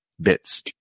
bits